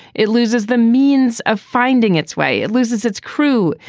it loses the means of finding its way. it loses its crew,